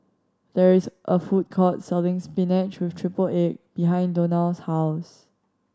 there is a food court selling spinach with triple egg behind Donal's house